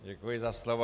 Děkuji za slovo.